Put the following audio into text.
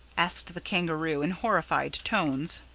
asked the kangaroo in horrified tones.